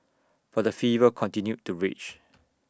but the fever continued to rage